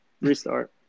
restart